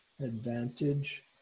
advantage